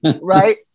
right